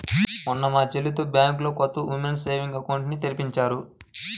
మొన్న మా చెల్లితో బ్యాంకులో కొత్త ఉమెన్స్ సేవింగ్స్ అకౌంట్ ని తెరిపించాను